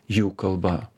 jų kalba